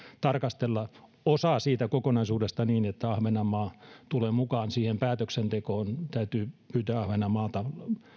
tarkastella osaa siitä kokonaisuudesta niin että ahvenanmaa tulee mukaan siihen päätöksentekoon kun täytyy pyytää ahvenanmaalta